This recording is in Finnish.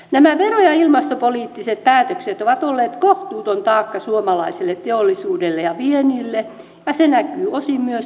nämä vero ja ilmastopoliittiset päätökset ovat olleet kohtuuton taakka suomalaiselle teollisuudelle ja viennille ja se näkyy osin myös työttömyysluvuissa